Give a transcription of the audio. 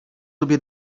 lubię